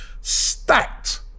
stacked